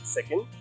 Second